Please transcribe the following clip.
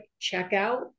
checkout